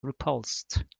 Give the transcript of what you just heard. repulsed